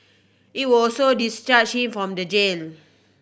it would also discharge from the